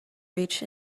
reached